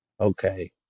Okay